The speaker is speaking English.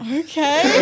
okay